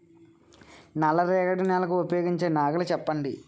నల్ల రేగడి నెలకు ఉపయోగించే నాగలి చెప్పండి?